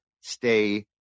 stay